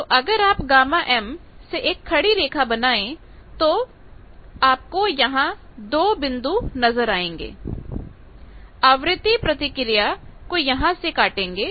तो अगर आप Γm से एक पड़ी रेखा बनाएं तो आपको यहां दो बिंदु नजर आएंगे आवृत्ति प्रतिक्रिया को यहां से काटेंगे